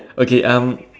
okay um